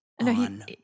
on